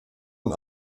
und